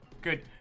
good